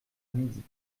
midi